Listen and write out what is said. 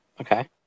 Okay